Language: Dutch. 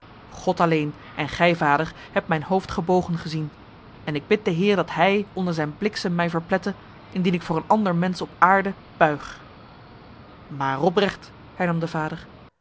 god alleen en gij vader hebt mijn hoofd gebogen gezien en ik bid de heer dat hij onder zijn bliksem mij verplette indien ik voor een ander mens op aarde buig maar robrecht hernam de vader